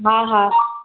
हा हा